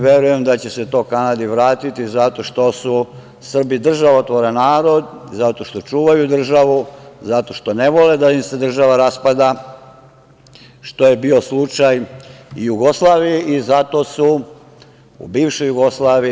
Verujem da će se to Kanadi vratiti, zato što su Srbi državotvoran narod, zato što čuvaju državu, zato što ne vole da im se država raspada, što je bio slučaj bivše Jugoslavije.